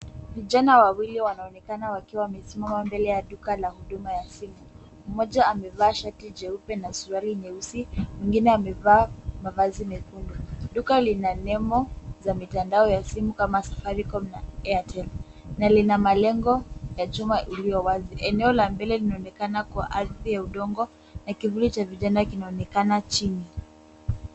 Vijana wawili wanaonekana wakiwa wamesimama mbele ya duka la huduma ya simu. Mmoja amevaa shati jeupe na suruali nyeusi mwingine amevaa mavazi mekundu. Duka lina nembo za mitandao ya simu kama Safaricom na Airtel na lina malango ya chuma iliyo wazi . Eneo la mbele linaonekana kwa ardhi ya udongo na kivuli cha vijana kinaonekana chini.